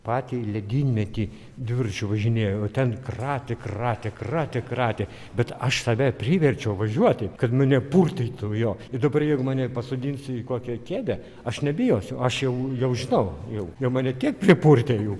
patį ledynmetį dviračiu važinėjau ten kratė kratė kratė kratė bet aš save priverčiau važiuoti kad mane purtytų jo dabar jeigu mane pasodinsi į kokią kėdę aš nebijosiu aš jau jau žinau jau jau mane tiek pripurtė jau